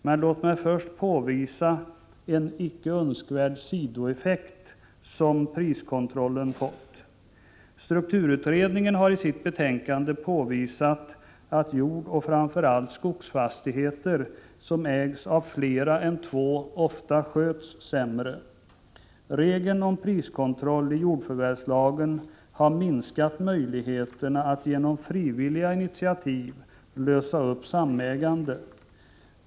Men låt mig först påvisa en icke önskvärd sidoeffekt som priskontrollen fått. Strukturutredningen har i sitt betänkande påvisat att jordoch framför allt skogsfastigheter som ägs av flera än två ofta sköts sämre. Regeln om priskontroll i jordförvärvslagen har minskat möjligheterna att genom frivilliga initiativ lösa upp samägande.